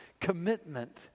commitment